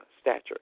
stature